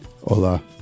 Hola